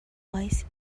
wise